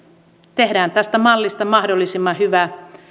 tehdään tästä mallista mahdollisimman hyvä